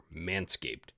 Manscaped